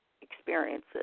experiences